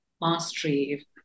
mastery